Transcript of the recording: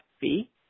fee